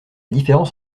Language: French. différence